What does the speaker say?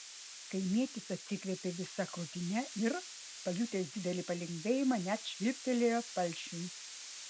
kaimietis atsikvėpė visa krūtine ir pajutęs didelį palengvėjimą net švilptelėjo palšiui